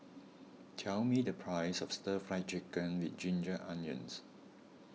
tell me the price of Stir Fried Chicken with Ginger Onions